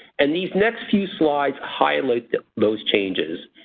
and these next two slides highlight those changes.